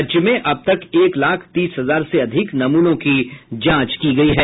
राज्य में अब तक एक लाख तीस हजार से अधिक नमूनों की जांच की गयी है